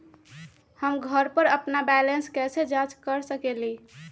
हम घर पर अपन बैलेंस कैसे जाँच कर सकेली?